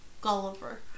Gulliver